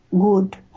good